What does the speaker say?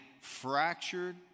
fractured